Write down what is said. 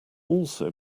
also